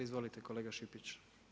Izvolite kolega Šipić.